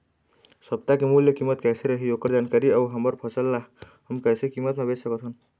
सप्ता के मूल्य कीमत कैसे रही ओकर जानकारी अऊ हमर फसल ला हम कैसे कीमत मा बेच सकत हन?